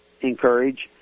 encourage